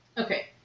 Okay